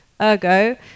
ergo